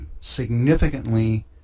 significantly